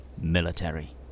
military